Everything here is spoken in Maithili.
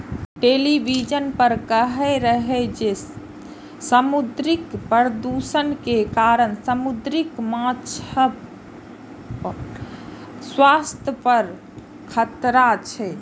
टेलिविजन पर कहै रहै जे समुद्री प्रदूषण के कारण समुद्री माछक अस्तित्व पर खतरा छै